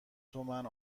تومن